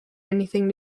anything